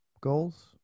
goals